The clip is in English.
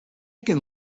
can